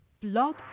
blog